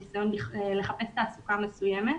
ניסיון לחפש תעסוקה מסוימת.